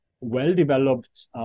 well-developed